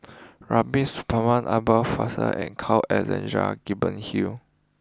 Rubiah Suparman father and Carl Alexander Gibson Hill